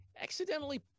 accidentally